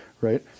right